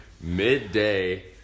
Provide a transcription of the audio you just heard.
midday